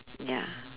ya